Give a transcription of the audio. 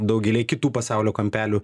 daugelyje kitų pasaulio kampelių